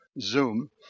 Zoom